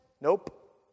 nope